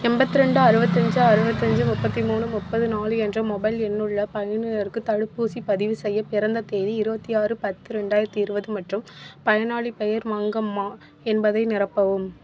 எண்பத்ரெண்டு அறுபத்தஞ்சி அறுபத்தஞ்சி முப்பத்தி மூணு முப்பது நாலு என்ற மொபைல் எண்ணுள்ள பயனருக்கு தடுப்பூசி பதிவு செய்ய பிறந்த தேதி இருபத்தி ஆறு பத்து ரெண்டாயிரத்தி இருபது மற்றும் பயனாளிப் பெயர் மங்கம்மா என்பதை நிரப்பவும்